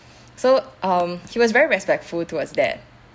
so um he was very respectful towards that